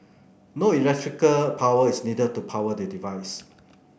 no electrical power is needed to power the device